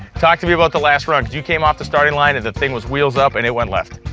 talk to me about the last round, you came off the starting line and the thing was wheels up, and it went left.